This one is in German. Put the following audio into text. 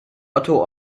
otto